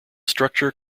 structure